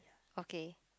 okay